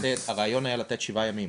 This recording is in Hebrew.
הרעיון היה לתת שבעה ימים.